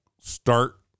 start